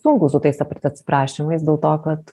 sunku su tais atsi atsiprašymais dėl to kad